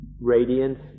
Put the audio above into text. radiance